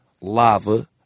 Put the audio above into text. Lava